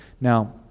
Now